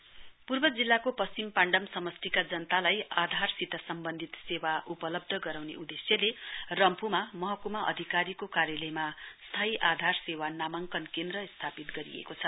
आधार बेस्ट पान्डम पूर्व जिल्लाको पश्चिम पाण्म समस्टिका जनतालाई आधारसित सम्बन्धित सेवा उपल्बध गराउने उदेश्यले स्थायी रम्फूमा महकुमा अधिकारीको कार्यालयमा स्थायी आधार सेवा नामाङ्कन केन्द्र स्तापित गरिएको छ